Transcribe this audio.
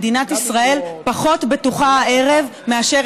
מדינת ישראל פחות בטוחה הערב מאשר